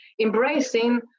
embracing